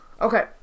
Okay